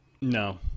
No